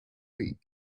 week